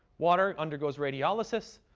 water undergoes radiolysis.